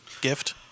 Gift